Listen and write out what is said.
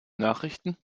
nachrichten